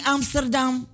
Amsterdam